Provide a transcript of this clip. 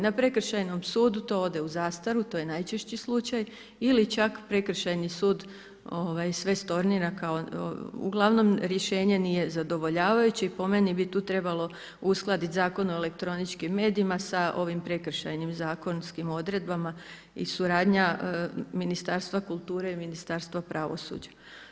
Na Prekršajnom sudu, to ode u zastaru, to je najčešći slučaj ili čak prekršajni sud, sve stonira, kao, ugl. rješenje nije zadovoljavajuće i po meni bi tu trebalo uskladiti Zakon o elektroničkim medijima, sa ovim prekršajnim zakonskim odredbama i suradnja Ministarstva kulture i Ministarstva pravosuđa.